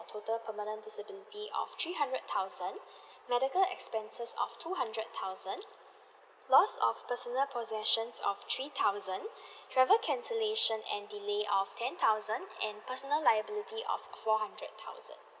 total permanent disability of three hundred thousand medical expenses of two hundred thousand lost of personal possessions of three thousand travel cancellation and delayed of ten thousand and personal liability of four hundred thousand